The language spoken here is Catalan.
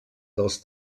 dels